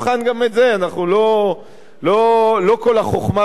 לא כל החוכמה בצדנו.